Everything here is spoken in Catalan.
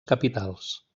capitals